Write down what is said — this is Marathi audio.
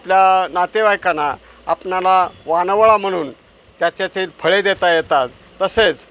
आपल्या नातेवाईकांना आपणाला वानवळा म्हणून त्याचे फळे देता येतात तसेच